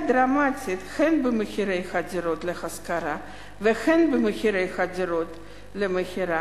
דרמטית הן במחירי הדירות להשכרה והן במחירי הדירות למכירה.